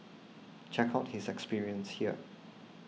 check out his experience here